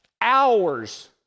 hours